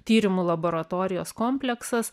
tyrimų laboratorijos kompleksas